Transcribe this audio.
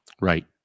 Right